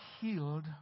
healed